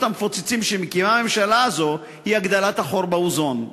המפוצצים שהממשלה הזאת מקימה היא הגדלת החור באוזון.